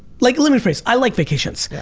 like let me rephrase i like vacations.